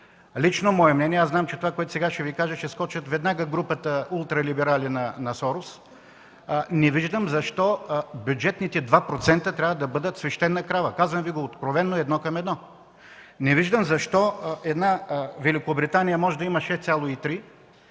Лично мое мнение е, знам, че сега ще скочат веднага групата ултралиберали на Сорос, не виждам защо бюджетните 2% трябва да бъдат свещена крава. Казвам Ви го откровено едно към едно. Не виждам защо Великобритания може да има 6,3,